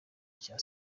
cya